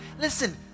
listen